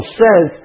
says